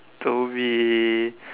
to be